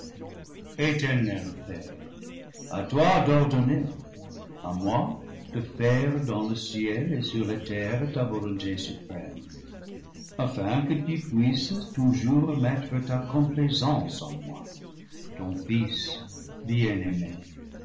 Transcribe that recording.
eternel père à toi d'ordonner à moi de faire dans le ciel et sur la terre ta volonté suprême afin que tu puisses toujours mettre ta complaisance en moi ton fils bien-aimé